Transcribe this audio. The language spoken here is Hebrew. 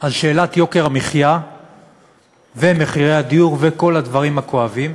על שאלת יוקר המחיה ומחירי הדיור וכל הדברים הכואבים,